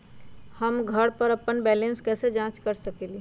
हम घर पर अपन बैलेंस कैसे जाँच कर सकेली?